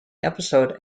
episode